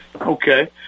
Okay